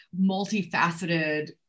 multifaceted